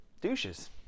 douches